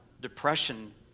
depression